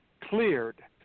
cleared